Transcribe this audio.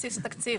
בבסיס התקציב.